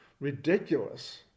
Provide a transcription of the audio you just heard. Ridiculous